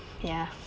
ya